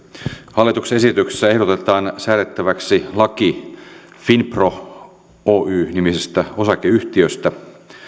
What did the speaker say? hallituksen esityksessä ehdotetaan säädettäväksi laki finpro oy nimisestä osakeyhtiöstä